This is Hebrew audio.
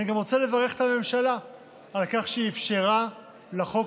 אני גם רוצה לברך את הממשלה על כך שהיא אפשרה לחוק